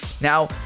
Now